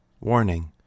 Warning